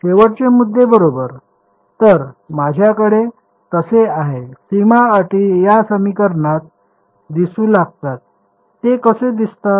शेवटचे मुद्दे बरोबर तर माझ्याकडे तसे आहे सीमा अटी या समीकरणात दिसू लागतात ते कसे दिसतात